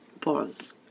Pause